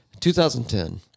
2010